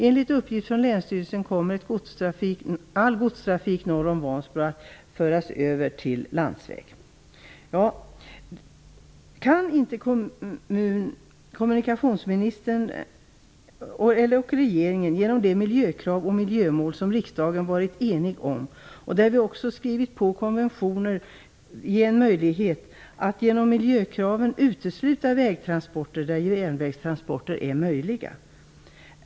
Enligt uppgift från länsstyrelsen kommer all godstrafik norr om Vansbro att föras över till landsväg. Kan inte kommunikationsministern eller regeringen genom de miljökrav och miljömål som riksdagen varit enig om - vi har också skrivit på konventioner om detta - ge en möjlighet att utesluta vägtransporter där järnvägstransporter är möjliga?